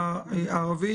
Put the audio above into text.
הערבית.